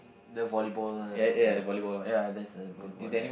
the volleyball ya there's a volleyball net